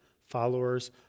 followers